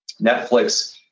Netflix